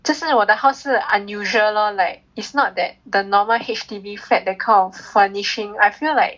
就是我的 house 是 unusual lor like it's not that the normal H_D_B flat that kind of furnishing I feel like